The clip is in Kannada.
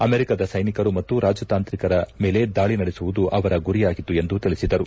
ಅಮೆರಿಕದ ಸೈನಿಕರು ಮತ್ತು ರಾಜತಾಂತ್ರಿಕರ ಮೇಲೆ ದಾಳಿ ನಡೆಸುವುದು ಅವರ ಗುರಿಯಾಗಿತ್ತು ಎಂದು ತಿಳಿಸಿದರು